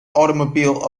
automobile